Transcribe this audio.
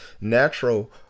natural